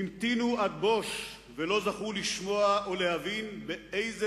המתינו עד בוש ולא זכו לשמוע או להבין באיזה